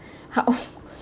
how